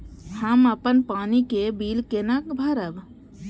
हम अपन पानी के बिल केना भरब?